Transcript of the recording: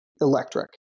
electric